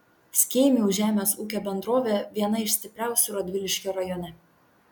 skėmių žemės ūkio bendrovė viena iš stipriausių radviliškio rajone